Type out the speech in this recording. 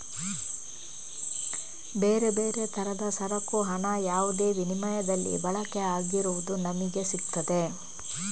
ಬೇರೆ ಬೇರೆ ತರದ ಸರಕು ಹಣ ಯಾವುದೇ ವಿನಿಮಯದಲ್ಲಿ ಬಳಕೆ ಆಗಿರುವುದು ನಮಿಗೆ ಸಿಗ್ತದೆ